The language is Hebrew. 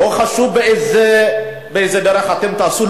לא חשוב באיזה דרך אתם תעשו,